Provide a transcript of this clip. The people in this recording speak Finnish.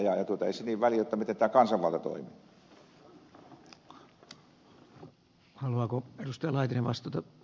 ei sillä niin väliä miten tämä kansanvalta toimii